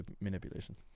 manipulation